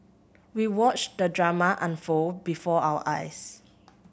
we watched the drama unfold before our eyes